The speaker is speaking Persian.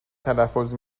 تلفظ